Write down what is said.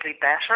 better